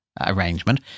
arrangement